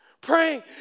Praying